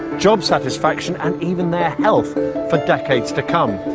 job satisfaction and even their health for decades to come.